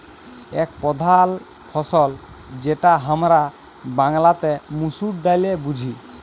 এক প্রধাল ফসল যেটা হামরা বাংলাতে মসুর ডালে বুঝি